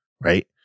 right